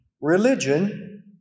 Religion